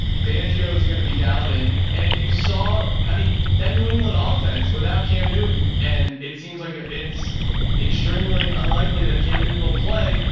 fangio is going to be dialed in. and if you saw, i mean that new england offense without cam newton, and it seems like ah it's extremely unlikely that cam newton will play.